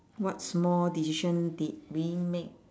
what small decision did we make